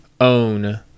own